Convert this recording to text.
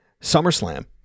SummerSlam